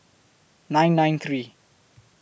nine nine three